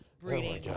breeding